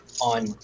On